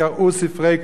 קרעו ספרי קודש,